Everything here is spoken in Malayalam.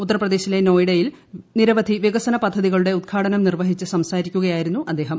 ഉത്തർപ്രദേശിലെ നോയിഡയിൽ നിരവധി വികസന പദ്ധതികളുടെ ഉദ്ഘാടനം നിർവഹിച്ച് സംസാരിക്കുകയായിരുന്നു അദ്ദേഹം